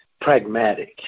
pragmatic